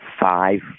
five